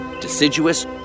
deciduous